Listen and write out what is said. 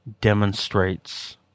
demonstrates